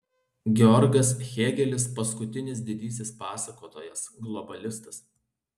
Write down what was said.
georgas hėgelis paskutinis didysis pasakotojas globalistas